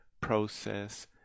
process